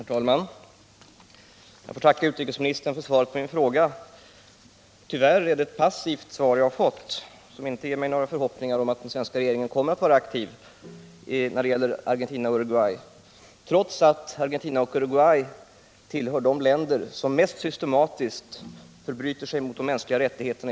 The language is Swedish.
Herr talman! Jag ber att få tacka utrikesministern för svaret på min fråga. Tyvärr har jag fått ett passivt svar, som inte ger mig några förhoppningar om att den svenska regeringen kommer att vara aktiv när det gäller Argentina och Uruguay, trots att dessa länder hör till dem som i sin politik mest systematiskt förbryter sig mot de mänskliga rättigheterna.